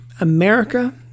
America